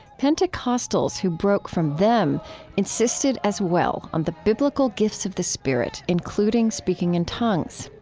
pentecostals who broke from them insisted as well on the biblical gifts of the spirit, including speaking in tongues.